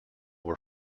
were